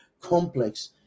complex